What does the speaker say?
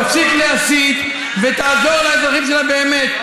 תפסיק להסית ותעזור לאזרחים שלה באמת,